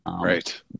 right